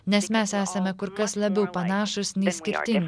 nes mes esame kur kas labiau panašūs nei skirtingi